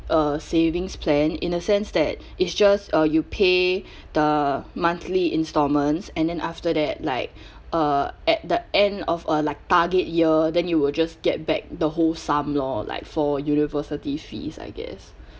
uh savings plan in a sense that it's just uh you pay the monthly instalments and then after that like uh at the end of a like target year then you will just get back the whole sum lor like for university fees I guess